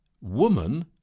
woman